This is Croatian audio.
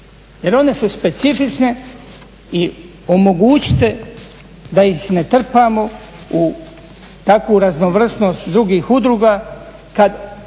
jer one su specifične i omogućite da ih ne trpamo u takvu raznovrsnost drugih udruga kad